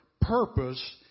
purpose